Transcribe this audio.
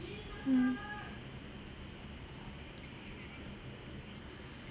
mm